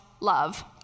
love